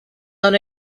own